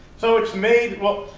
so it's made well,